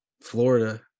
Florida